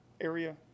area